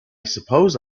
suppose